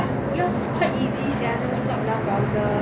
yours yours quite easy sia no lockdown browser